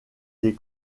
des